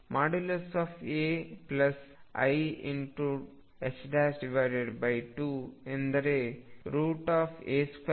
ai2 ಎಂದರೆ a224